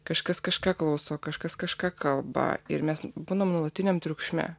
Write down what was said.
kažkas kažką klauso kažkas kažką kalba ir mes būnam nuolatiniam triukšme